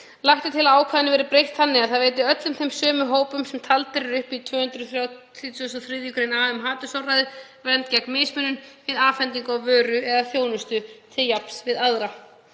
Lagt er til að ákvæðinu verði breytt þannig að það veiti öllum þeim sömu hópum sem taldir eru upp í 233. gr. a um hatursorðræðu vernd gegn mismunun við afhendingu á vöru eða þjónustu til jafns við aðra.